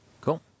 Cool